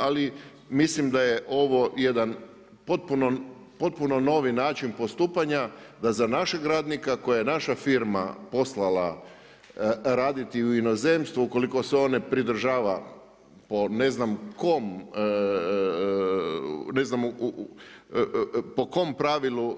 Ali mislim da je ovo jedan potpuno novi način postupanja da za našeg radnika kojeg je naša firma poslala raditi u inozemstvo ukoliko se on ne pridržava po ne znam po kom pravilu